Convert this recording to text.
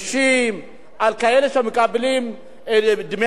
על כאלה שמקבלים דמי ביטוח לאומי,